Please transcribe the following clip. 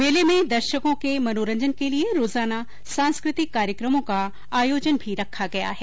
मेले में दर्शकों के मनोरंजन के लिये रोजाना सांस्कृतिक कार्यक्रमों का आयोजन भी रखा गया है